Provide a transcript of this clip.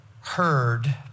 heard